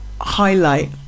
highlight